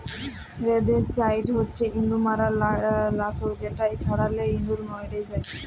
rodenticide হছে ইঁদুর মারার লাসক যেট ছড়ালে ইঁদুর মইরে যায়